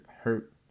hurt